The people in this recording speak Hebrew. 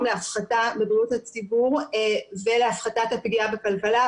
לבריאות הציבור ולהפחתת הפגיעה בכלכלה,